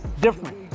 different